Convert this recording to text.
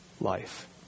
life